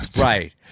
Right